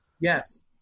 Yes